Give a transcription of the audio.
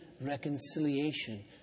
reconciliation